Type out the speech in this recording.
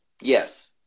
Yes